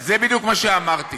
זה בדיוק מה שאמרתי,